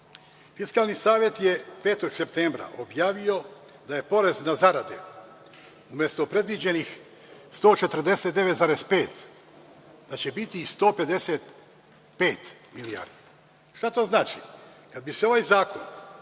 Fiskalni savet je petog septembra objavio da će porez na zarade, umesto predviđenih 149,5, biti 155 milijardi. Šta to znači? Kada bi se ovaj zakon